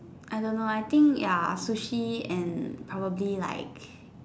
I don't know I think ya sushi and probably like